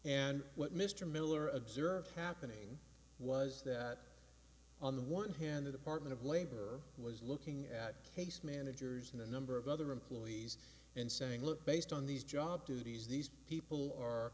and what mr miller observed happening was that on the one hand the department of labor was looking at case managers and a number of other employees and saying look based on these job duties these people are